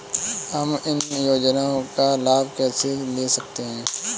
हम इन योजनाओं का लाभ कैसे ले सकते हैं?